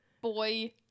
Boy